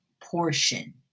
portion